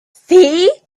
see